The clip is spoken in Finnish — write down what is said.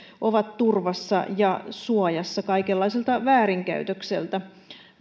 ovat turvassa ja suojassa kaikenlaiselta väärinkäytökseltä